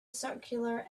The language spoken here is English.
circular